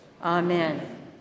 Amen